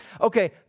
Okay